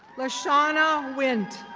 leshana wint.